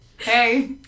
hey